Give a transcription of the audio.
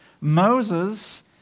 Moses